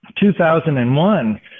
2001